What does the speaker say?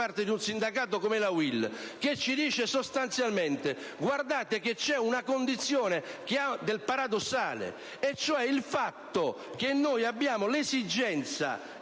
grazie a tutti